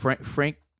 Frank